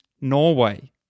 Norway